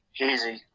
easy